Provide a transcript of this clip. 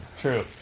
True